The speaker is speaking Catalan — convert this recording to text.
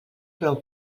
prou